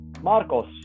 Marcos